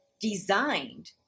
designed